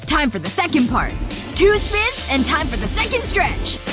time for the second part two spins and time for the second stretch,